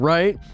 Right